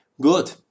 Good